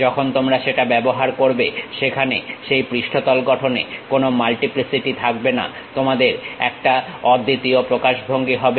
যখন তোমরা সেটা ব্যবহার করবে সেখানে সেই পৃষ্ঠতল গঠনে কোনো মাল্টিপ্লিসিটি থাকবে না তোমাদের একটা অদ্বিতীয় প্রকাশভঙ্গি হবে